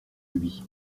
lui